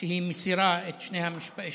שהיא מסירה את שתי המילים